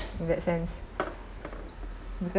in that sense because